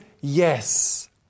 yes